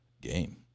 game